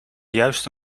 juiste